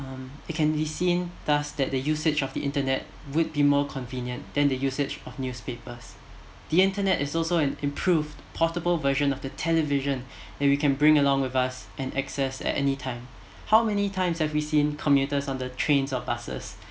um it can be seen thus that the usage of the internet would be more convenient than the usage of newspapers the internet is also an improved portable version of the television and we can bring along with us and access at anytime how many times have we seen commuters on the trains or buses